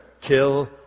kill